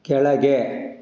ಕೆಳಗೆ